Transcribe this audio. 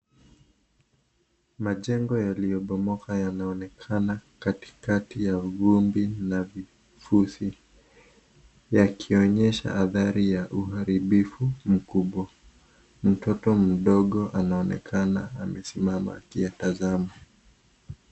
Majengo yaliyobomoka yanaonekata katikati ya vumbi na ufusi yakionyesha athari za uharibifu mkubwa. Mtoto mdogo anaonekana amesimama akiyatazama.